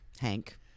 Hank